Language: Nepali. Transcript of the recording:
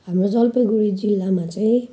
हाम्रो जलपाइगुडी जिल्लामा चाहिँ